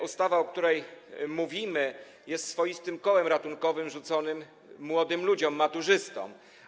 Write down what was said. Ustawa o której mówimy jest swoistym kołem ratunkowym rzuconym młodym ludziom, maturzystom.